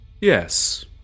Yes